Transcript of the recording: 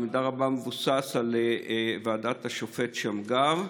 במידה רבה הוא מבוסס על ועדת השופט שמגר.